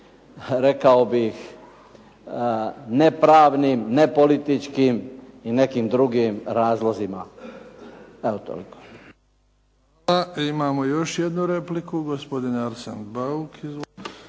rekao bih, nepravnim, ne političkim i nekim drugim razlozima. Evo toliko.